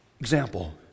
Example